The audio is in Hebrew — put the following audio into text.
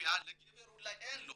באתיופיה; לגבר אולי אין.